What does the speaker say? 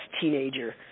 teenager